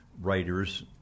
writer's